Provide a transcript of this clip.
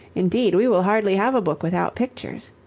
indeed we will hardly have a book without pictures.